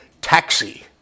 taxi